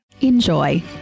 enjoy